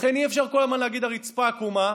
לכן אי-אפשר כל הזמן להגיד: הרצפה עקומה.